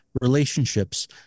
relationships